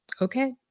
okay